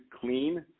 clean